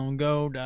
um go